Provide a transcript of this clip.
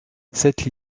cette